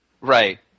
Right